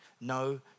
No